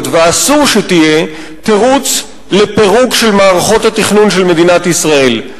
ואסור שתהיה תירוץ לפירוק של מערכות התכנון של מדינת ישראל.